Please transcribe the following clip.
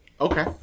Okay